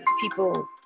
people